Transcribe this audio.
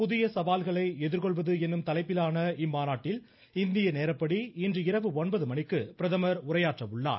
புதிய சவால்களை எதிர்கொள்வது என்னும் தலைப்பிலான இம்மாநாட்டில் இந்திய நேரப்படி இன்றிரவு ஒன்பது மணிக்கு பிரதமர் உரையாற்ற உள்ளார்